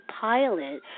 pilot